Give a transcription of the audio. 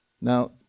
Now